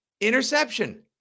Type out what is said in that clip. interception